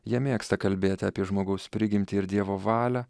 jie mėgsta kalbėti apie žmogaus prigimtį ir dievo valią